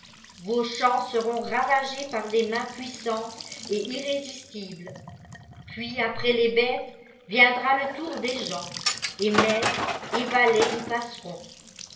vos champs seront ravagés par des mains puissantes et irrésistibles puis après les bêtes viendra le tour des gens et maîtres et valets y passeront